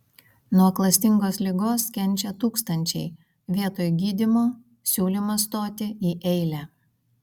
nuo klastingos ligos kenčia tūkstančiai vietoj gydymo siūlymas stoti į eilę